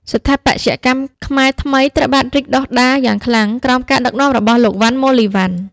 ស្ថាបត្យកម្មខ្មែរថ្មីត្រូវបានរីកដុះដាលយ៉ាងខ្លាំងក្រោមការដឹកនាំរបស់លោក វណ្ណ មូលីវណ្ណ។